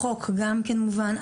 החוק גם כן מובן,